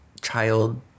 child